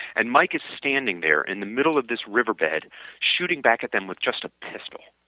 and mike is standing there in the middle of this riverbed shooting back at them with just a pistol.